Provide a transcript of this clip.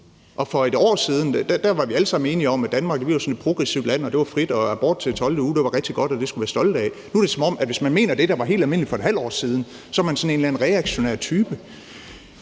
For 1 år siden var vi alle sammen enige om, at Danmark var sådan et progressivt land, og det var frit, og abort til 12. uge var rigtig godt, og det skulle vi være stolte af. Nu er det, som om at hvis man mener det, der var helt almindeligt for et halvt år siden, er man sådan en eller anden